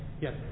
Yes